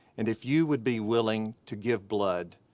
and if you would be willing to give blood,